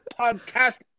podcast